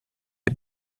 est